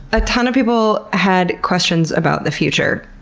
a ton of people had questions about the future.